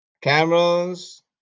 Cameras